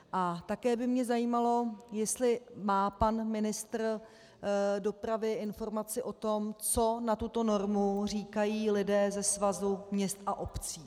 A také by mě zajímalo, jestli má pan ministr dopravy informace o tom, co na tuto normu říkají lidé se Svazu měst a obcí.